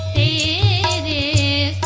a